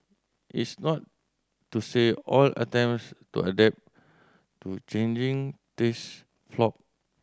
it's not to say all attempts to adapt to changing taste flopped